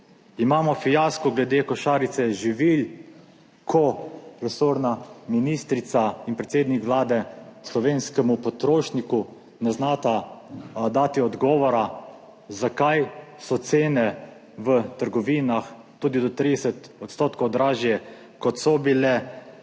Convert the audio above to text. Imamo fiasko glede košarice živil, ko resorna ministrica in predsednik Vlade slovenskemu potrošniku ne znata dati odgovora, zakaj so cene v trgovinah tudi do 30 % dražje, kot so bile